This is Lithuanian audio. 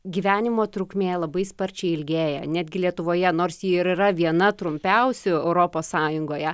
gyvenimo trukmė labai sparčiai ilgėja netgi lietuvoje nors ji ir yra viena trumpiausių europos sąjungoje